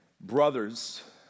Brothers